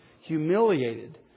humiliated